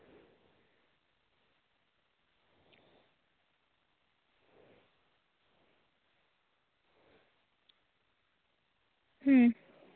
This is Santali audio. ᱦᱩᱸ